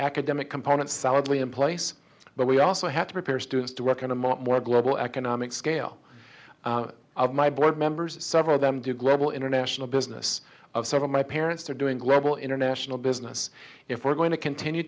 academic component solidly in place but we also have to prepare students to work in a more global economic scale of my board members several of them do global international business of sort of my parents are doing global international business if we're going to continue